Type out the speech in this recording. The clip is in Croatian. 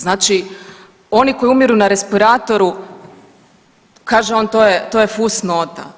Znači oni koji umiru na respiratoru kaže on to je, to je fus nota.